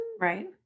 Right